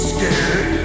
Scared